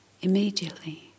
immediately